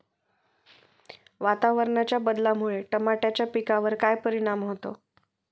वातावरणाच्या बदलामुळे टमाट्याच्या पिकावर काय परिणाम होतो?